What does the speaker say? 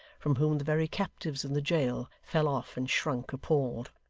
from whom the very captives in the jail fell off and shrunk appalled.